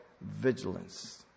vigilance